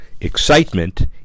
excitement